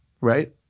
right